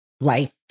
life